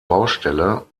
baustelle